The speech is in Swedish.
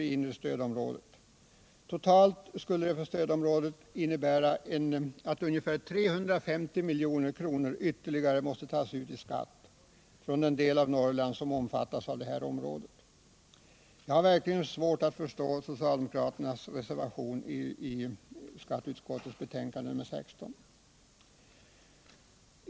Totalt för stödområdet skulle det innebära att ytterligare ungefär 350 milj.kr. måste tas ut i skatt från den del av Norrland som omfattas av inre stödområdet. Jag har mot den bakgrunden verkligen svårt att förstå socialdemokraternas reservation i skatteutskottets betänkande nr 16.